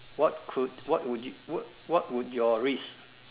what could what would you what what would your risk